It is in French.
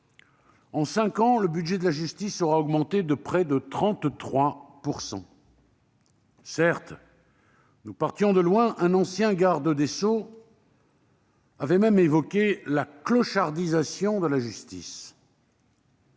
En cinq ans, le budget de la justice aura augmenté de près de 33 %. Certes, nous partions de loin- un ancien garde des sceaux avait même évoqué la « clochardisation » de la justice